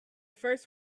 first